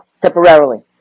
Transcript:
temporarily